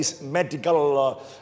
medical